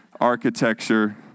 architecture